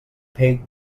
paid